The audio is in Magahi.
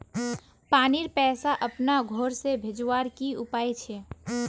पानीर पैसा अपना घोर से भेजवार की उपाय छे?